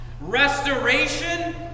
Restoration